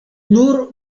nur